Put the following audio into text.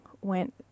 went